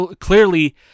clearly